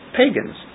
pagans